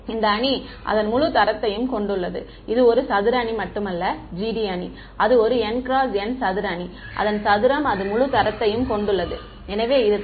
இந்த அணி அது முழு தரத்தைக் கொண்டுள்ளது இது ஒரு சதுர அணி மட்டுமல்ல GD அணி அது ஒரு N × N சதுர அணி அதன் சதுரம் அது முழு தரத்தையும் கொண்டுள்ளது எனவே இது தலைகீழ்